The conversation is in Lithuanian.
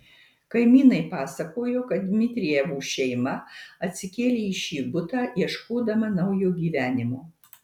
kaimynai pasakojo kad dmitrijevų šeima atsikėlė į šį butą ieškodama naujo gyvenimo